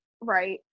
right